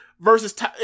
versus